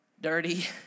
dirty